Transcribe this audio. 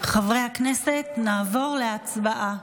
חברי הכנסת, נעבור להצבעה.